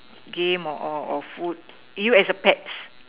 game or or or food you as a pet